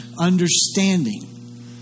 understanding